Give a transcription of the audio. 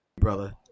brother